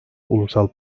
ulusal